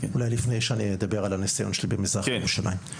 אולי לפני שאני אדבר על הניסיון שלי במזרח ירושלים.